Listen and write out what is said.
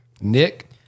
Nick